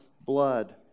blood